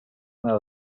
nella